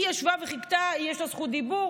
היא ישבה וחיכתה, יש לה זכות דיבור.